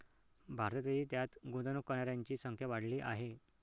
भारतातही त्यात गुंतवणूक करणाऱ्यांची संख्या वाढली आहे